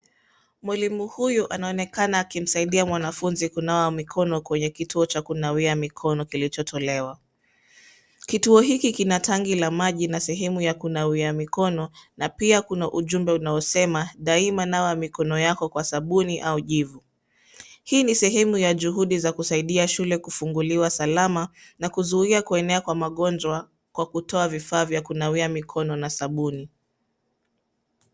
Mwalimu huyu anaonekana akimsaidia mwanafunzi kunawa mikono kwenye kituo cha kunawia kilichotolewa. Kituo hiki kina tanki la maji na sehemu ya kunawia mikono, na pia kuna ujumbe unaosema: “Daima nawa mikono yako kwa sabuni au jivu.” Hii ni sehemu ya juhudi za kusaidia shule kufunguliwa salama na kuzuia kuenea kwa magonjwa kwa kutoa vifaa vya kunawia mikono na sabuni.